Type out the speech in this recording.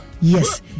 Yes